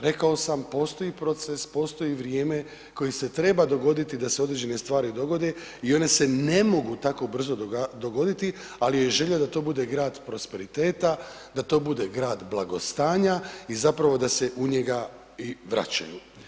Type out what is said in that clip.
Rekao sam postoji proces, postoji vrijeme koji se treba dogoditi da se određene stvari dogode i one se ne mogu tako brzo dogoditi, ali je želja da to bude grad prosperiteta, da to bude grad blagostanja i zapravo da se u njega i vraćaju.